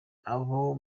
abo